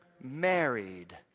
married